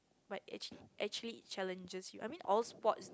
but actually actually challenges I mean all sports